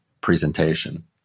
presentation